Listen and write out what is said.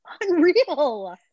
unreal